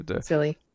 Silly